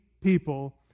people